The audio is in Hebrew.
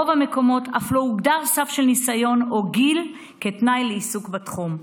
ברוב המקומות אף לא הוגדרו סף של ניסיון או גיל כתנאי לעיסוק בתחום.